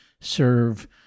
serve